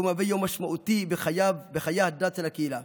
והוא מהווה יום משמעותי בחיי הדת של הקהילה.